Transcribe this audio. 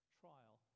trial